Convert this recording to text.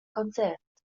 concert